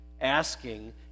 asking